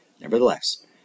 Nevertheless